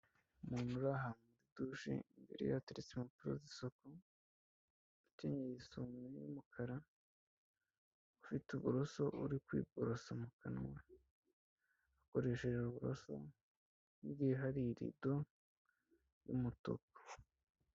Umuntu uri ahantu muri dushe hateretse impapuro z'isoko, ukenye isume y'umukara ufite uburoso, uri kw'iborosa mu kanwa akoresheje uburoso, inyumaye harido y'umutuku.